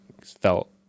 felt